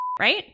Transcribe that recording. right